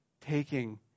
taking